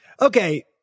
Okay